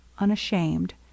unashamed